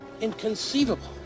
Inconceivable